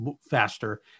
faster